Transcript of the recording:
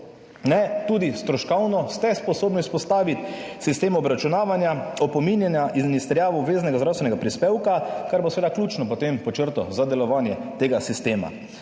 tudi stroškovno ste sposobni vzpostaviti sistem obračunavanja, opominjanja in izterjavo obveznega zdravstvenega prispevka, kar bo seveda ključno potem pod črto za delovanje tega sistema.